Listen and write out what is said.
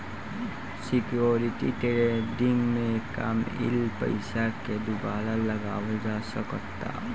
security trading में कामयिल पइसा के दुबारा लगावल जा सकऽता